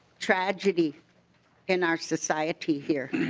tragedy in our society here.